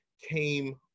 came